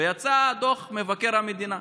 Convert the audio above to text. ויצא דוח מבקר המדינה.